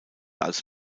als